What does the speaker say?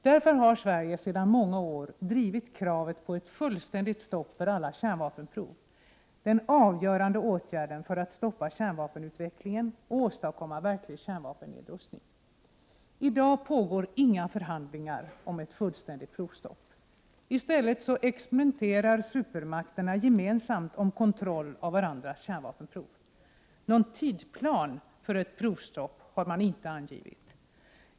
Därför har Sverige sedan många år drivit kravet på ett fullständigt stopp för alla kärnvapenprov — den avgörande åtgärden för att stoppa kärnvapenutvecklingen och åstadkomma verklig kärnvapennedrustning. I dag pågår inga förhandlingar om fullständigt provstopp. I stället experimenterar supermakterna gemensamt om kontroll av varandras kärnvpenprov. Någon tidsplan för ett provstopp har man inte angivit.